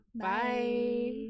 Bye